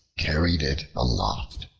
carried it aloft.